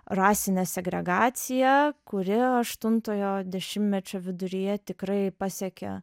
rasinę segregaciją kuri aštuntojo dešimtmečio viduryje tikrai pasiekė